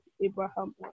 Abraham